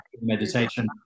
meditation